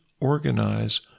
organize